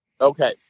Okay